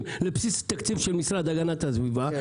לבסיס התקציב של המשרד להגנת הסביבה,